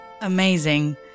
amazing